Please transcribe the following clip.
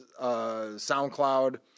SoundCloud